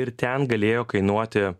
ir ten galėjo kainuoti